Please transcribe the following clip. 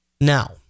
Now